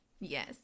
Yes